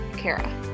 Kara